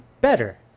better